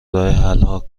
راهحلها